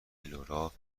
لورا